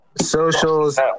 Socials